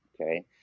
Okay